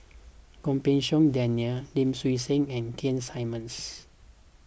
Goh Pei Siong Daniel Lim Swee Say and Keith Simmons